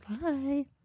Bye